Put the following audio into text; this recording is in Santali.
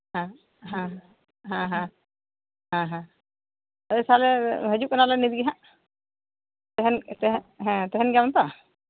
ᱦᱮᱸ ᱦᱮᱸ ᱦᱮᱸ ᱦᱮᱸ ᱦᱮᱸ ᱦᱮᱸ ᱛᱟᱹᱭ ᱛᱟᱦᱚᱞᱮ ᱦᱤᱡᱩᱜ ᱠᱟᱱᱟᱞᱮ ᱱᱤᱛᱜᱮ ᱦᱟᱸᱜ ᱛᱟᱦᱮᱱ ᱛᱟᱦᱮᱱ ᱦᱮᱸ ᱛᱟᱦᱮᱸᱱ ᱜᱮᱭᱟᱢ ᱛᱚ